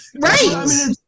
Right